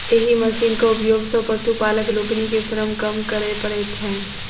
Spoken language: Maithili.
एहि मशीनक उपयोग सॅ पशुपालक लोकनि के श्रम कम करय पड़ैत छैन